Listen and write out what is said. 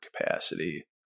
capacity